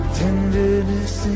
tenderness